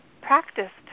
practiced